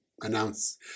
announce